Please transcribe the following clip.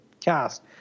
cast